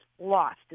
lost